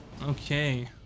okay